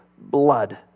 blood